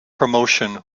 promotion